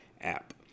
app